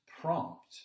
prompt